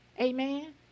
amen